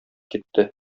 китте